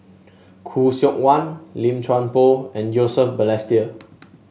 Khoo Seok Wan Lim Chuan Poh and Joseph Balestier